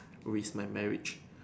with my marriage